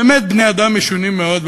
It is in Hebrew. באמת בני-אדם משונים מאוד,